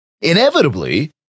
Inevitably